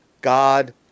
God